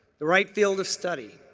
the right field of study?